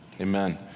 amen